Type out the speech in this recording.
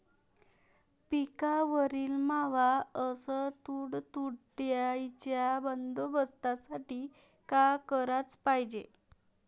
पिकावरील मावा अस तुडतुड्याइच्या बंदोबस्तासाठी का कराच पायजे?